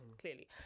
clearly